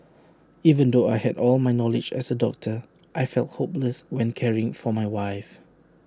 even though I had all my knowledge as A doctor I felt hopeless when caring for my wife